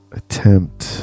attempt